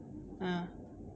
uh